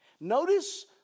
Notice